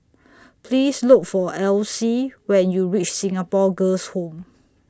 Please Look For Alyse when YOU REACH Singapore Girls' Home